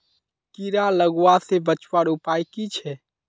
कीड़ा लगवा से बचवार उपाय की छे?